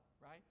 right